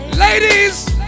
Ladies